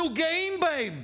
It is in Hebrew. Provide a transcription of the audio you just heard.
אנחנו גאים בהם.